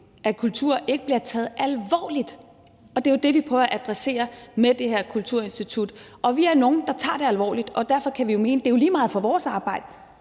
at kultur ikke bliver taget alvorligt, og det er jo det, vi prøver at adressere med det her kulturinstitut. Vi er nogle, der tager det alvorligt. Man kan jo mene, at det er lige meget for vores arbejde,